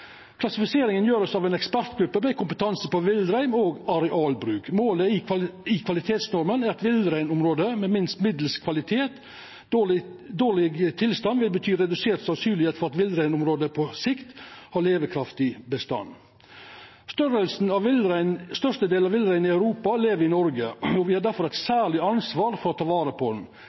Klassifiseringa vert gjort av ei ekspertgruppe med kompetanse på villrein og arealbruk. Målet i kvalitetsnorma er villreinområde med minst middels kvalitet. Dårleg tilstand vil bety redusert sannsyn for at villreinområdet på sikt har levekraftig bestand. Størstedelen av villreinen i Europa lever i Noreg, og me har derfor eit særleg ansvar for å ta vare på